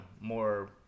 more